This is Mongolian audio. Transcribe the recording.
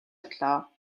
одлоо